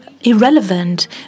irrelevant